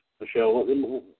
Michelle